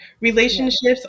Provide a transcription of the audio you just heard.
Relationships